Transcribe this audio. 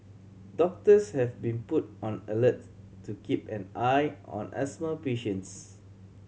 doctors have been put on alert to keep an eye on asthma patients